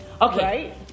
Okay